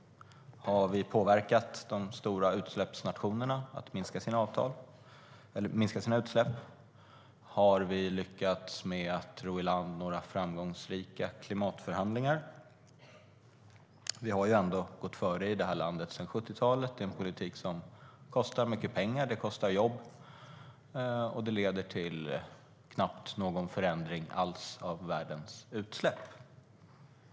Har vi påverkat de stora utsläppsnationerna att minska sina utsläpp? Har vi lyckats med att ro i land några framgångsrika klimatförhandlingar? Vi har ändå i det här landet gått före sedan 70-talet. Det är en politik som kostar mycket pengar och kostar jobb och som leder till knappt någon förändring alls av världens utsläpp.